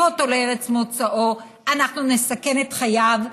אותו לארץ מוצאו אנחנו נסכן את חייו,